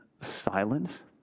silence